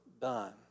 done